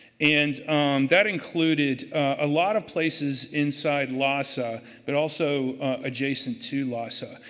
and that included a lot of places inside lhasa but also adjacent to lhasa.